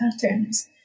patterns